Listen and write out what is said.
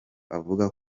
avuga